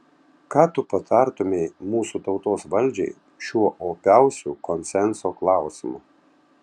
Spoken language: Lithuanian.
ką tu patartumei mūsų tautos valdžiai šiuo opiausiu konsenso klausimu